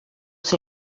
ser